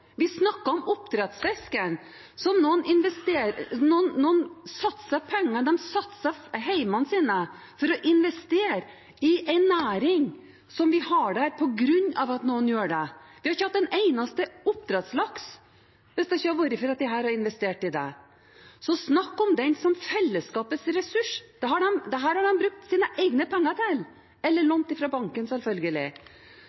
vi snakker om nå. Vi snakker om oppdrettsfisken, og noen satser penger og hjemmene sine for å investere i en næring som vi har på grunn av at noen gjør det. Vi hadde ikke hatt en eneste oppdrettslaks hvis det ikke hadde vært for at disse folkene hadde investert i det. Så en kan ikke snakke om dette som fellesskapets ressurser, for dette har de brukt sine egne penger til, eller